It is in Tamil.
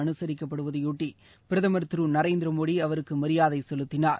அனுசரிக்கப்படுவதையொட்டி பிரதமர் திரு நரேந்திரமோடி அவருக்கு மரியாதை செலுத்தினர்